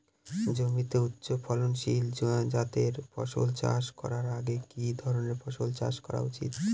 জমিতে উচ্চফলনশীল জাতের ফসল চাষ করার আগে কি ধরণের ফসল চাষ করা উচিৎ?